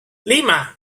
lima